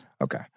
Okay